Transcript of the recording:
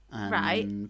right